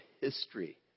history